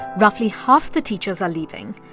roughly half the teachers are leaving.